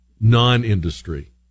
non-industry